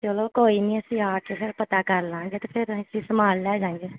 ਚਲੋ ਕੋਈ ਨਹੀਂ ਅਸੀਂ ਆ ਕੇ ਫੇਰ ਪਤਾ ਕਰ ਲਾਂਗੇ ਅਤੇ ਫੇਰ ਅਸੀਂ ਸਮਾਨ ਲੈ ਜਾਂਗੇ